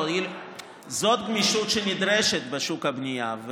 זאת גמישות שנדרשת בשוק הבנייה.